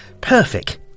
Perfect